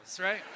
right